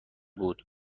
بود